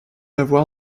avoir